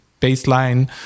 baseline